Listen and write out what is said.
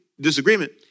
disagreement